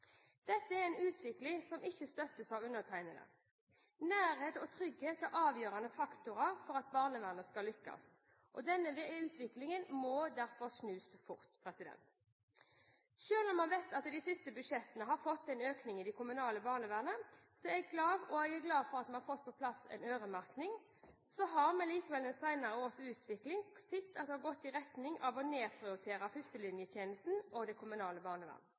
Dette er en utvikling som ikke støttes av undertegnede. Nærhet og trygghet er avgjørende faktorer for at barnevernet skal lykkes. Denne utviklingen må derfor snus fort. Selv om vi vet at de siste budsjettene har fått en økning i det kommunale barnevernet, og jeg er glad for at vi har fått på plass en øremerking, har vi likevel i de senere års utvikling sett at det har gått i retning av å nedprioritere førstelinjetjenesten og det kommunale barnevern.